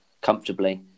comfortably